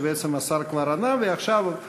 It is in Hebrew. שבעצם השר כבר ענה עליה.